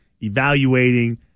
evaluating